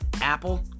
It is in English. Apple